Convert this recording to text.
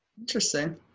Interesting